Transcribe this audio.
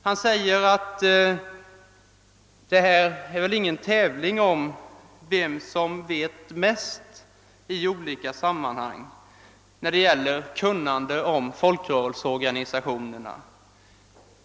Han säger att det väl här inte är fråga om någon tävling om vem som vet mest när det gäller kunnande om folkrörelseorganisationerna.